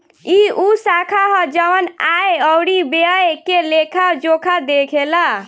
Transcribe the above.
ई उ शाखा ह जवन आय अउरी व्यय के लेखा जोखा देखेला